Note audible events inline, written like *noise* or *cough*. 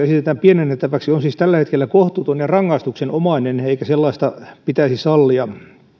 *unintelligible* esitetään pienennettäväksi on siis tällä hetkellä kohtuuton ja rangaistuksenomainen eikä sellaista pitäisi sallia